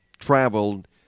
traveled